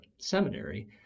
seminary